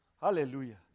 Hallelujah